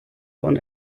von